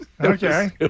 Okay